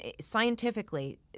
Scientifically